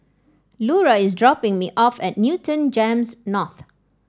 Lura is dropping me off at Newton Gems North